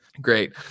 Great